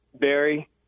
Barry